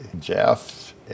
Jeff